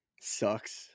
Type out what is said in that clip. sucks